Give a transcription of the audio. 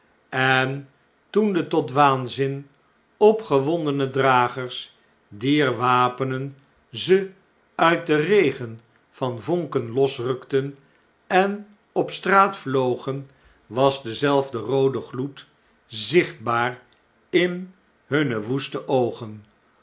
en toen detot waanzin opgewondene dragers dier wapenen ze uit den regen van vonken losrukten en op straat vlogen was dezelfde roode gloed zichtbaar in hunne woeste oogen